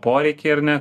poreikiai ar ne